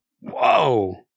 Whoa